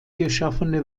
geschaffene